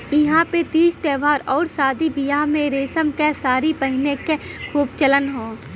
इहां पे तीज त्यौहार आउर शादी बियाह में रेशम क सारी पहिने क खूब चलन हौ